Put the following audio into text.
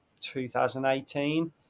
2018